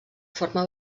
forma